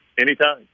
Anytime